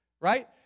Right